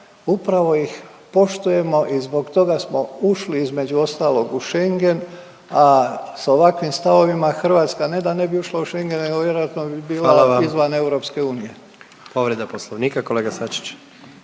upravo ih poštujemo i zbog toga smo ušli, između ostalog u Schengen, a s ovakvim stavovima, Hrvatska ne da ne bi ušla u Schengen nego vjerojatno bi bila … .../Upadica: Hvala vam./... izvan EU.